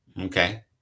okay